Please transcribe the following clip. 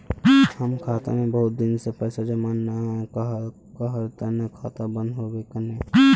हम खाता में बहुत दिन से पैसा जमा नय कहार तने खाता बंद होबे केने?